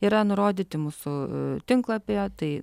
yra nurodyti mūsų tinklapyje tai